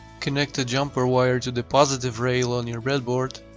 connect a jumper wire to the positive rail on you breadboard